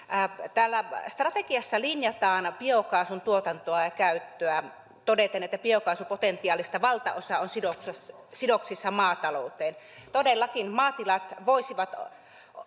täällä strategiassa linjataan biokaasun tuotantoa ja käyttöä todeten että biokaasupotentiaalista valtaosa on sidoksissa sidoksissa maatalouteen todellakin maatilat voisivat